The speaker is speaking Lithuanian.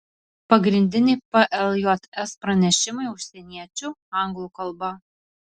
pagrindiniai pljs pranešimai užsieniečių anglų kalba